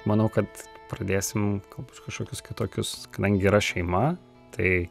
manau kad pradėsim galbūt kažkokius kitokius kadangi yra šeima tai